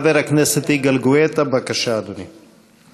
חבר הכנסת יגאל גואטה, בבקשה, אדוני.